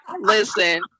Listen